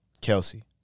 Kelsey